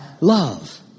love